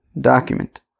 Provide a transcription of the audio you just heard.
Document